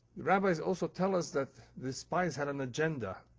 the rabbis also tell us that the spies had an agenda.